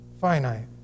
finite